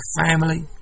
family